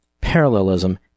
Parallelism